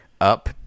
up